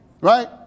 Right